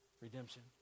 Redemption